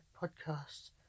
podcast